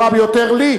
והוא הוכיח עד היום,